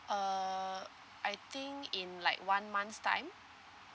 uh I think in like one month's time